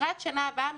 לקראת השנה הבאה,